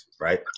right